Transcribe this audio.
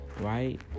Right